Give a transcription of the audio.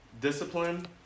Discipline